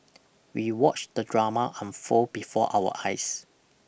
we watched the drama unfold before our eyes